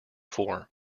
four